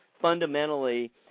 fundamentally